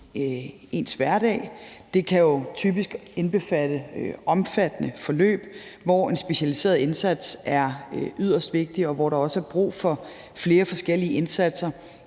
mest muligt. Det kan typisk indbefatte omfattende forløb, hvor en specialiseret indsats er yderst vigtig, og hvor der også er brug for flere forskellige indsatser